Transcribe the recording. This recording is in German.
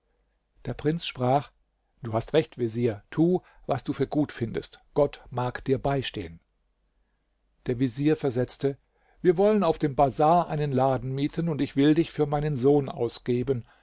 der prinz sprach du hast recht vezier tu was du für gut findest gott mag dir beistehen der vezier versetzte wir wollen auf dem bazar einen laden mieten und ich will dich für meinen sohn ausgeben